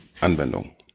Anwendung